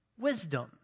wisdom